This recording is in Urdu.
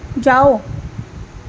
جاؤ